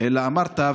אלא אמרת,